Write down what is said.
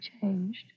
changed